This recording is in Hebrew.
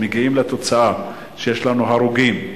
מגיעים לתוצאה שיש לנו הרוגים,